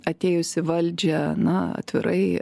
atėjus į valdžią na atvirai